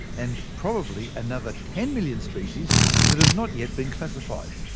and probably another ten million species that have not yet been classified.